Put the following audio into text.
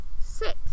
sit